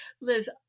Liz